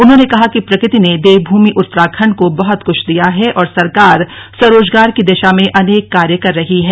उन्होंने कहा कि प्रकृति ने देवभूमि उत्तराखण्ड को बहत कुछ दिया है और सरकार स्वरोजगार की दिशा में अनेक कार्य कर रही है